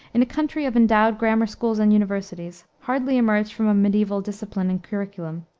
in a country of endowed grammar schools and universities hardly emerged from a mediaeval discipline and curriculum,